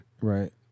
Right